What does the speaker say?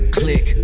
click